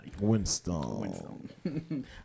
Winston